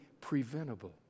preventable